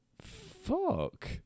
Fuck